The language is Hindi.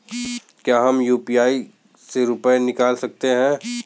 क्या हम यू.पी.आई से रुपये निकाल सकते हैं?